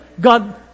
God